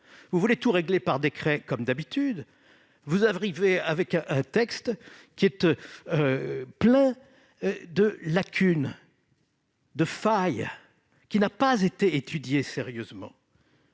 Vous voulez tout régler par décret, comme d'habitude. Vous arrivez avec un texte qui est plein de lacunes, de failles et qui n'a pas été étudié sérieusement.